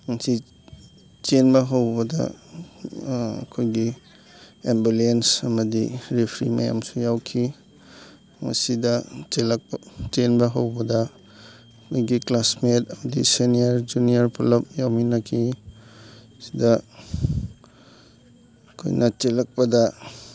ꯃꯁꯤ ꯆꯦꯟꯕ ꯍꯧꯕꯗ ꯑꯩꯈꯣꯏꯒꯤ ꯑꯦꯝꯕꯨꯂꯦꯟꯁ ꯑꯃꯗꯤ ꯔꯤꯐ꯭ꯔꯤ ꯃꯌꯥꯝꯁꯨ ꯌꯥꯎꯈꯤ ꯃꯁꯤꯗ ꯆꯦꯜꯂꯛꯄ ꯆꯦꯟꯕ ꯍꯧꯕꯗ ꯃꯣꯏꯒꯤ ꯀ꯭ꯂꯥꯁꯃꯦꯠ ꯑꯃꯗꯤ ꯁꯦꯅꯤꯌꯔ ꯖꯨꯅꯤꯌꯔ ꯄꯨꯂꯞ ꯌꯥꯎꯃꯤꯟꯅꯈꯤ ꯁꯤꯗ ꯑꯩꯈꯣꯏꯅ ꯆꯦꯜꯂꯛꯄꯗ